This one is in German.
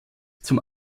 zum